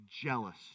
jealous